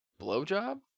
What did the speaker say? blowjob